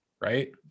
right